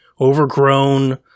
overgrown